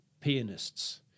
pianists